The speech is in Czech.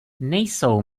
nejsou